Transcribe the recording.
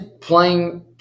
playing